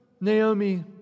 Naomi